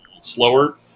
slower